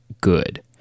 good